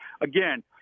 again